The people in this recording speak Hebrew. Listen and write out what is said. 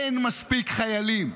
אין מספיק חיילים.